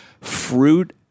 fruit